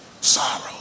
sorrow